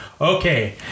Okay